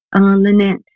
Lynette